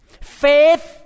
Faith